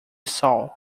sol